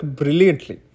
brilliantly